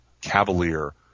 cavalier